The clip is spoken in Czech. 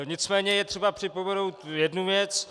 Nicméně je třeba připomenout jednu věc.